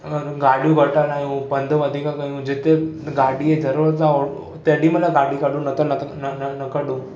ऐं ॻाॾियूं वठंदा आहियूं पंद वधीक कयूं जिते ॻाॾीअ जी ज़रूरत आहे तेॾी महिल ॻाॾी कढूं न त न कढूं